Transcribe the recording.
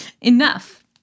enough